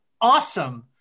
awesome